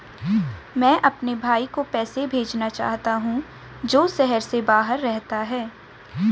मैं अपने भाई को पैसे भेजना चाहता हूँ जो शहर से बाहर रहता है